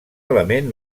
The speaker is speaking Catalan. element